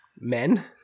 men